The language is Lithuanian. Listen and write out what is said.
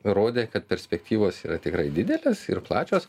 rodė kad perspektyvos yra tikrai didelės ir plačios